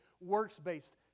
works-based